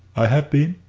i have been,